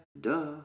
duh